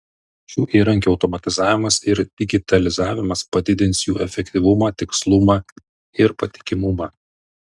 šių įrankių automatizavimas ir digitalizavimas padidins jų efektyvumą tikslumą ir patikimumą